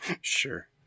Sure